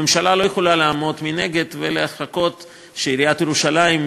הממשלה לא יכולה לעמוד מנגד ולחכות שעיריית ירושלים,